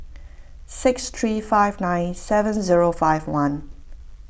six three five nine seven zero five one